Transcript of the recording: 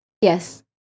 Yes